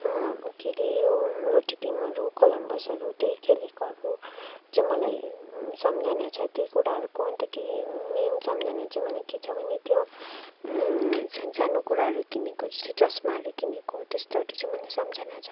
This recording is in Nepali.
के हरे यो रोटेपिङहरू कलमबसहरू त्यही खेलेकोहरू चाहिँ मलाई सम्झना छ त्यही कुराहरूको अन्तखेरि मेन सम्झना चाहिँ मलाई के छ भने त्यो सान्सानो कुराहरू किनेको जस्तै चस्माहरू किनेको त्यस्तोहरू चाहिँ मलाई सम्झना छ